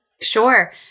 Sure